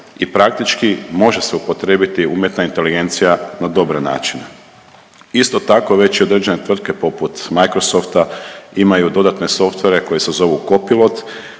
i praktički može se upotrijebiti umjetna inteligencija na dobre načine. Isto tako već i određene tvrtke poput Microsofta imaju dodatne softvere koji se zovu kopilot,